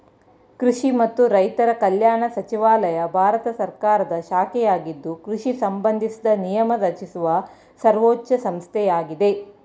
ಕೃಷಿ ಮತ್ತು ರೈತರ ಕಲ್ಯಾಣ ಸಚಿವಾಲಯ ಭಾರತ ಸರ್ಕಾರದ ಶಾಖೆಯಾಗಿದ್ದು ಕೃಷಿ ಸಂಬಂಧಿಸಿದ ನಿಯಮ ರಚಿಸುವ ಸರ್ವೋಚ್ಛ ಸಂಸ್ಥೆಯಾಗಿದೆ